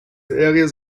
areas